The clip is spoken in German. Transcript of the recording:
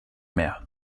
mehr